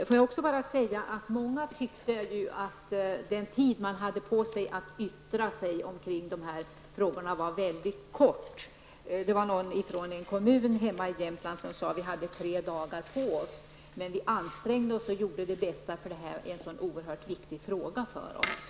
Många har tyckt att den tid man hade på sig för att yttra sig kring dessa frågor var väl kort. I en kommun i Jämtland sade någon att man bara hade tre dagar på sig. Men man ansträngde sig och gjorde sitt bästa därför att frågan hade så oerhört stor betydelse.